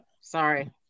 Sorry